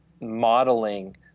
modeling